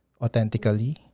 authentically